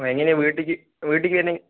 അപ്പോൾ എങ്ങനെയാ വീട്ടിലേക്കു വീട്ടിലേക്കു വരുന്നത്